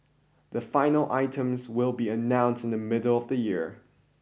the final items will be announced in the middle of the year